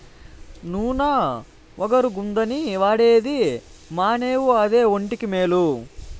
నూన ఒగరుగుందని వాడేది మానేవు అదే ఒంటికి మేలు